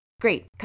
Great